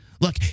Look